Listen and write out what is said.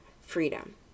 freedom